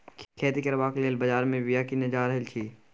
खेती करबाक लेल बजार मे बीया कीने जा रहल छी